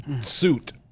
suit